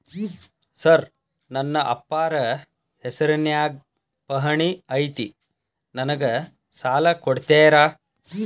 Sir ನನ್ನ ಅಪ್ಪಾರ ಹೆಸರಿನ್ಯಾಗ್ ಪಹಣಿ ಐತಿ ನನಗ ಸಾಲ ಕೊಡ್ತೇರಾ?